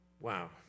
Wow